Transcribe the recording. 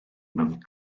mewn